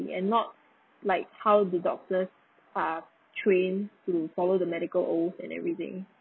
and not like how the doctors are trained to follow the medical oath and everything